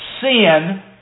sin